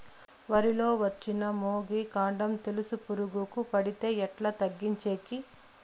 వరి లో వచ్చిన మొగి, కాండం తెలుసు పురుగుకు పడితే ఎట్లా తగ్గించేకి?